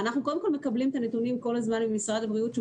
אנחנו מקבלים כל הזמן נתונים ממשרד הבריאות והוא